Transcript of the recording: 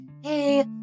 hey